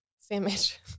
Sandwich